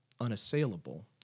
unassailable